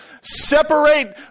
Separate